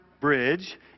bridge